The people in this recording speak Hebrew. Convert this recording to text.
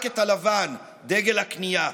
גברתי,